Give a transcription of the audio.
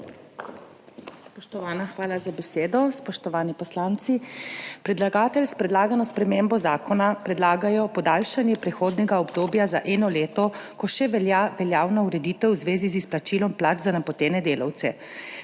hvala za besedo.